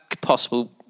possible